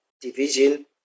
Division